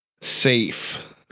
safe